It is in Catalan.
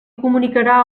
comunicarà